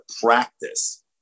practice